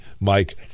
Mike